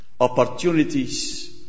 opportunities